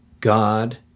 God